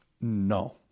No